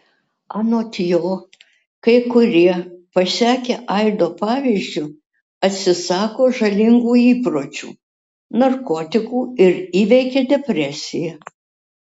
anot jo kai kurie pasekę aido pavyzdžiu atsisako žalingų įpročių narkotikų ir įveikia depresiją